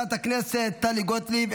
חברת הכנסת טלי גוטליב,